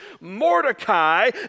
Mordecai